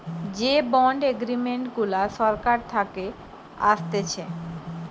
যে bond agreement গুলা সরকার থাকে আসতেছে